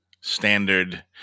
standard